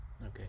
Okay